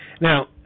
now